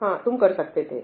हां तुम कर सकते थे